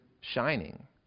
shining